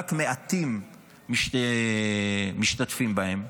שרק מעטים משתתפים בהן,